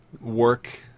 work